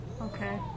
Okay